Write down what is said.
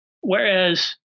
whereas